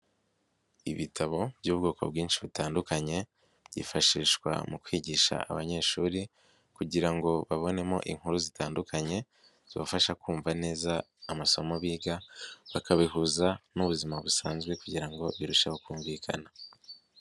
Ibitabo by'ubwoko bwinshi butandukanye, byifashishwa mu kwigisha abanyeshuri kugira ngo babonemo inkuru zitandukanye, zibafasha kumva neza amasomo biga, bakabihuza n'ubuzima busanzwe kugira ngo birusheho kumvikana.